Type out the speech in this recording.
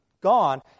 gone